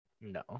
No